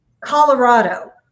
colorado